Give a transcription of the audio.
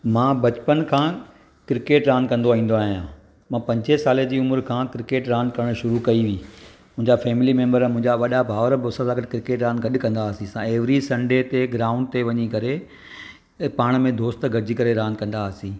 मां बचपन खां क्रिकेट रांदि कंदो ईंदो आहियां मां पंजे साले जी उमिरि खां क्रिकेट रांदि करण शुरू कई हुई मुंहिंजा फैमिली मेम्बर मुंहिंजा वॾा भाउर बि मूं सां गॾु क्रिकेट रांदि गॾु कंदा हुआसीं असां एविरी संडे ते क्रिकेट ग्राउंड ते वञी करे पाण में दोस्त गॾिजी करे रांदि कंदा हुआसीं